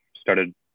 started